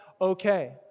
okay